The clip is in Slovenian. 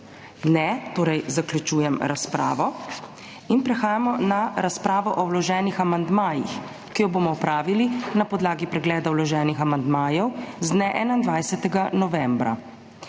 Ne. Torej zaključujem razpravo. Prehajamo na razpravo o vloženih amandmajih, ki jo bomo opravili na podlagi pregleda vloženih amandmajev z dne 21. novembra.